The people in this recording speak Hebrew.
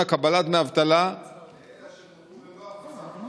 קבלת דמי אבטלה לאלה שנותרו ללא הכנסה,